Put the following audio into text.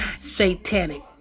satanic